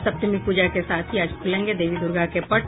और सप्तमी पूजा के साथ ही आज खुलेंगे देवी दुर्गा के पट